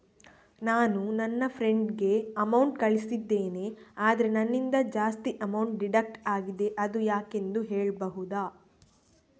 ನಾನು ನನ್ನ ಫ್ರೆಂಡ್ ಗೆ ಅಮೌಂಟ್ ಕಳ್ಸಿದ್ದೇನೆ ಆದ್ರೆ ನನ್ನಿಂದ ಜಾಸ್ತಿ ಅಮೌಂಟ್ ಡಿಡಕ್ಟ್ ಆಗಿದೆ ಅದು ಯಾಕೆಂದು ಹೇಳ್ಬಹುದಾ?